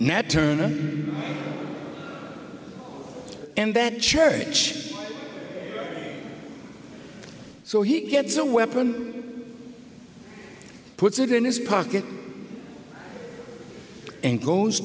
nat turner and that church so he gets a weapon puts it in his pocket and goes